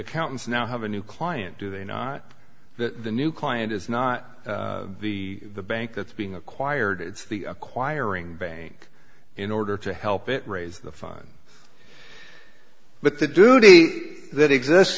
accountants now have a new client do they not that the new client is not the bank that's being acquired it's the acquiring bank in order to help it raise the fun but the duty that exists